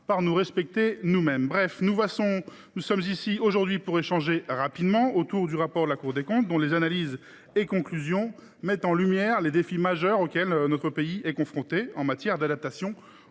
par nous respecter nous mêmes. Bref, nous sommes ici aujourd’hui pour échanger – rapidement – autour du rapport de la Cour des comptes, dont les analyses et conclusions mettent en lumière les défis majeurs auxquels notre pays est confronté en matière d’adaptation